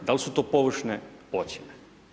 Da li su to površne ocjene?